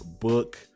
book